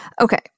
Okay